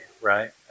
right